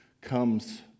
comes